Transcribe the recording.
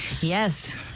Yes